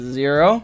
zero